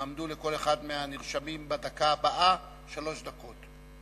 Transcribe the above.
יועמדו לכל אחד מהנרשמים בדקה הבאה שלוש דקות.